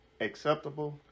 acceptable